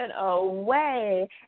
away